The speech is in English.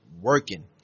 working